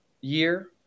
year